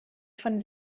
von